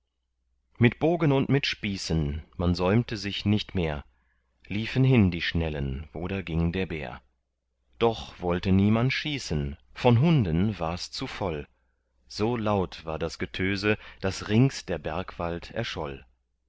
mit bogen und mit spießen man säumte sich nicht mehr liefen hin die schnellen wo da ging der bär doch wollte niemand schießen von hunden wars zu voll so laut war das getöse daß rings der bergwald erscholl